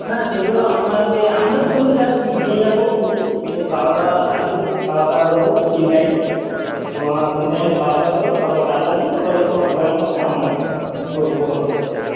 না সেগুলো আপনাকে আমরা শুধু জাস্ট নিয়ে যাবো পুরী নিয়ে খাওয়া দাওয়া আছে খাওয়া দাওয়া দেবো তিন টাইম তোমার তিন টাইম খাওয়া দাওয়া দেবো তারপর বাদ বাকি এবারে তোমার ঘোরা খরচা আপনার হাতে কো বহন করতে হবে